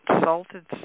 salted